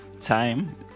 time